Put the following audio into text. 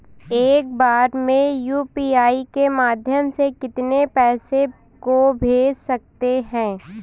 एक बार में यू.पी.आई के माध्यम से कितने पैसे को भेज सकते हैं?